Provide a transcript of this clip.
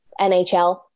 NHL